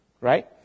right